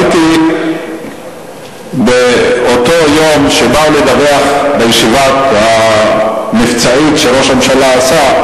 הייתי באותו יום שבאו לדווח בישיבה המבצעית שראש הממשלה עשה,